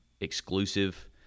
exclusive